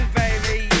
baby